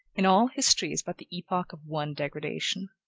and all history is but the epoch of one degradation.